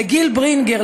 גיל ברינגר,